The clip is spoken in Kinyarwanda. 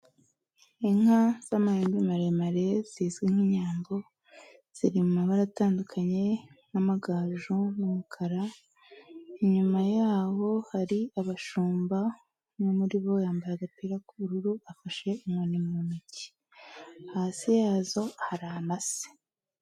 Inka z'amahembe maremare zizwi nk'inyambo, zirimabara tandukanye, n'amagaju, umukara inyuma yaho hari abashumba, umwe muri bo yambaye agapira k'ubururu afashe inkoni mu ntoki, hasi yazo hari amase.